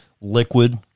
liquid